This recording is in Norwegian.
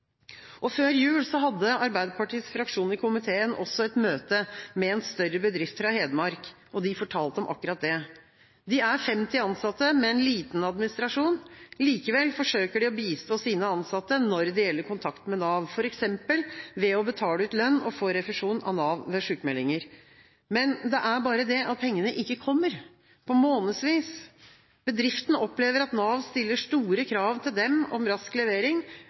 Før jul hadde Arbeiderpartiets fraksjon i komiteen et møte med en større bedrift i Hedmark. De fortalte om akkurat det. De er 50 ansatte, med en liten administrasjon. Likevel forsøker de å bistå sine ansatte når det gjelder kontakten med Nav, f.eks. ved å betale ut lønn og få refusjon av Nav ved sykmeldinger. Men det er bare det at pengene ikke kommer, på månedsvis. Bedriften opplever at Nav stiller store krav til dem om rask levering,